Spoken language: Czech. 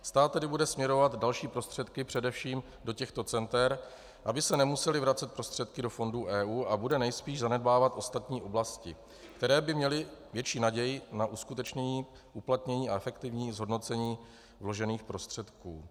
Stát tedy bude směrovat další prostředky především do těchto center, aby se nemusely vracet prostředky do fondů EU, a bude nejspíš zanedbávat ostatní oblasti, které by měly větší naději na uskutečnění, uplatnění a efektivní zhodnocení vložených prostředků.